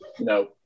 No